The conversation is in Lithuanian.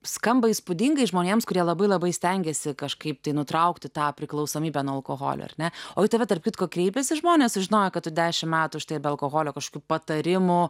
skamba įspūdingai žmonėms kurie labai labai stengiasi kažkaip tai nutraukti tą priklausomybę nuo alkoholio ar ne o į tave tarp kitko kreipiasi žmonės sužinoję kad tu dešim metų štai be alkoholio kažkokių patarimų